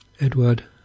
Edward